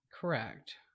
Correct